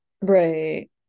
right